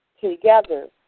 Together